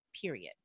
period